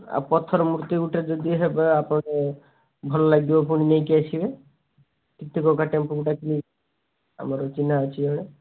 ଆଉ ପଥର ମୂର୍ତ୍ତି ଗୋଟେ ଯଦି ହେବା ଆପଣ ଭଲ ଲାଗିବ ପୁଣି ନେଇକି ଆସିବେ ଟିକି କକା ଟେମ୍ପକୁ ଡାକିବି ଆମର ଚିହ୍ନା ଅଛି ଜଣେ